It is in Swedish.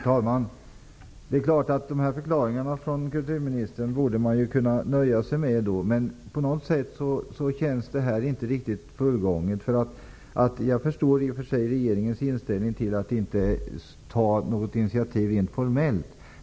Fru talman! Det är klart att jag kan nöja mig med kulturministerns förklaringar. Men det känns på något sätt inte riktigt fullgånget. Jag förstår i och för sig regeringens inställning, att man inte vill ta något initiativ rent formellt.